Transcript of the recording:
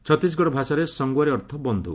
ଛତିଶଗଡ଼ ଭାଷାରେ ସଙ୍ଗଓ୍ୱାରୀ ଅର୍ଥ ବନ୍ଧୁ